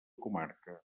comarca